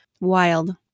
Wild